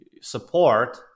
support